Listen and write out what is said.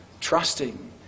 trusting